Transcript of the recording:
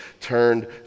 turned